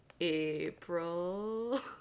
April